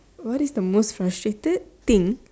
what is the most frustrated thing